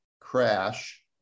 crash